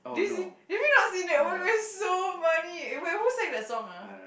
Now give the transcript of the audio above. did you see have you not seen that [oh]-my-god it's so funny oh wait who sang that song ah